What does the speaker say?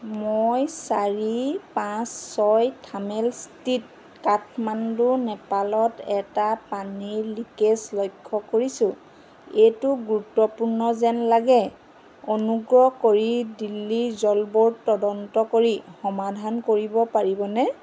মই চাৰি পাঁচ ছয় থাৰ্মেল ষ্ট্ৰীট কাঠমাণ্ডু নেপালত এটা পানীৰ লিকেজ লক্ষ্য কৰিছোঁ এইটো গুৰুত্বপূৰ্ণ যেন লাগে অনুগ্ৰহ কৰি দিল্লীৰ জল ব'ৰ্ড তদন্ত কৰি সমাধান কৰিব পাৰিবনে